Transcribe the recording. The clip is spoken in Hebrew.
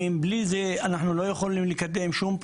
אנחנו נשב על זה ונמשיך עד שנוודה שהנושא מקודם,